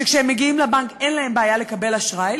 כשהם מגיעים לבנק אין להם בעיה לקבל אשראי,